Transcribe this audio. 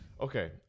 Okay